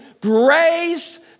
grace